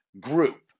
group